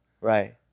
Right